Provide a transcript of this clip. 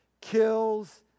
kills